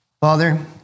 Father